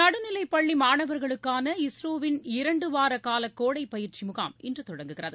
நடுநிலைப்பள்ளி மாணவர்களுக்கான இஸ்ரோவின் இரண்டு வார கால கோடை பயிற்சி முகாம் இன்று தொடங்குகிறது